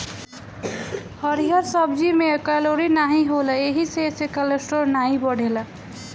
हरिहर सब्जी में कैलोरी नाही होला एही से एसे कोलेस्ट्राल नाई बढ़ेला